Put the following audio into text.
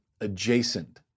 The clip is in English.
adjacent